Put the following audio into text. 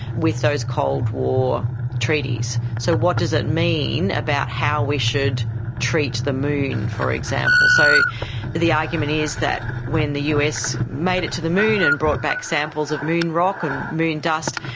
with those cold war treaties. so what does it mean about how we should treat the moon, for example? so the argument is that when the us made it to the moon and brought back samples of moon rock and moon dust,